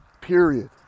period